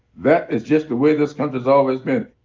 that is just the way this country's always been.